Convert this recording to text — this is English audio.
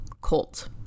Colt